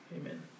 amen